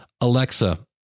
Alexa